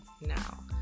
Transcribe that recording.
now